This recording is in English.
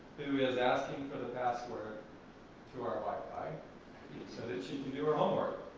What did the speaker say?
who is asking for the password to our wi-fi so that she can do her homework.